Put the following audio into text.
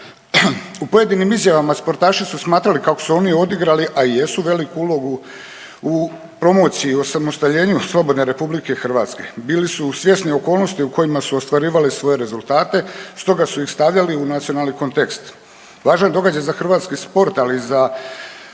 U pojedinim izjavama sportaši su smatrali kako su oni odigrali, a i jesu veliku ulogu u promociji, osamostaljenju slobodne Republike Hrvatske. Bili su svjesni okolnosti u kojima su ostvarivali svoje rezultate, stoga su ih stavljali u nacionalni kontekst. Lažan događaj za hrvatski sport, ali i